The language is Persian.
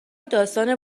داستان